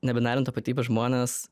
nebinarinių tapatybių žmonės